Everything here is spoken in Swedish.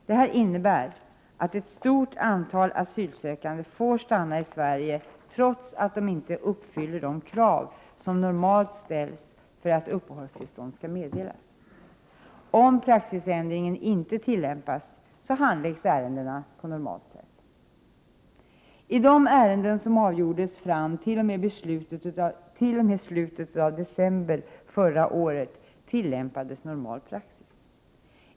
Detta innebär att ett stort antal asylsökande får stanna i Sverige, trots att de inte uppfyller de krav som normalt ställs för att uppehållstillstånd skall meddelas. Om praxisändringen inte tillämpas handläggs ärendena på normalt sätt. I de ärenden som avgjordes fram t.o.m. slutet av december förra året tillämpades normal praxis.